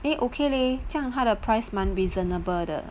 then okay leh 这样他的 price 蛮 reasonable 的